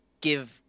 give